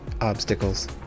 obstacles